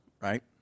right